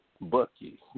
Bucky